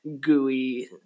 gooey